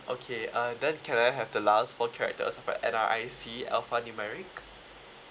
okay uh then can I have the last four characters of N_R_I_C alphanumeric